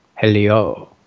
Helio